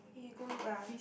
eh go look ah